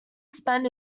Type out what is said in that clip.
spent